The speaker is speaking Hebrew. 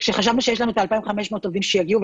שיש לנו את ה-2,500 עובדים שיגיעו,